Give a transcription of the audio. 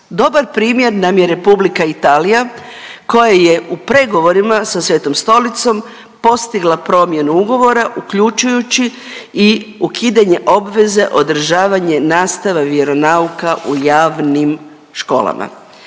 dobar primjer nam je Republika Italija koja je u pregovorima sa Svetom Stolicom postigla promjenu ugovora uključujući i ukidanje obveze održavanje nastave vjeronauka u javnim školama.